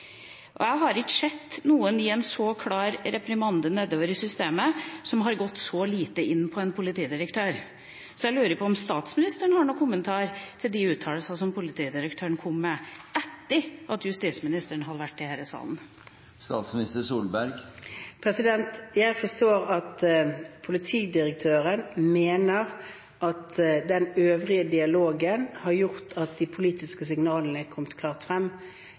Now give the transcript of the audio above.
Jeg har ikke sett noen gi en så klar reprimande nedover i systemet som har gått så lite inn på en politidirektør. Så jeg lurer på om statsministeren har noen kommentar til de uttalelsene som politidirektøren kom med etter at justisministeren hadde vært i denne salen. Jeg forstår at politidirektøren mener at den øvrige dialogen har gjort at de politiske signalene er kommet klart frem.